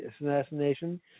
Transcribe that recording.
assassination